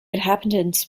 inhabitants